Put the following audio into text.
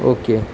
okay